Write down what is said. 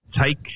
take